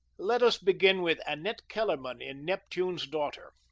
let us begin with annette kellerman in neptune's daughter.